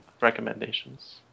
recommendations